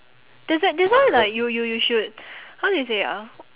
that's w~ that's why like you you you should how do you say ah